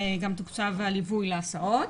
גם תוקצב הליווי להסעות.